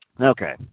Okay